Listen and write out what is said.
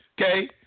Okay